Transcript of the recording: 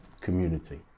community